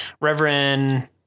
Reverend